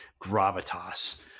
gravitas